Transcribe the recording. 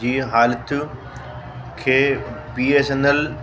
जी हालतियूं खे B S N L